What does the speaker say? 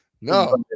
No